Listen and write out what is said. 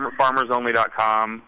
farmersonly.com